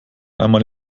einmal